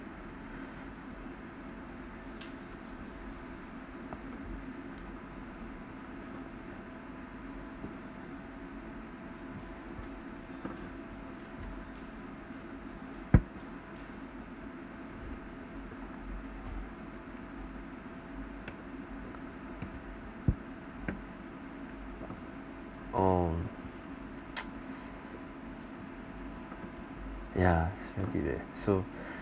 oh ya is very deep eh so